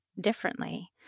differently